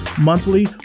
monthly